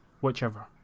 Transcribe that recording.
whichever